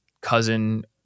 cousin